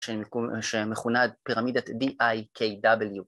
שמכונה פירמידת D-I-K-W.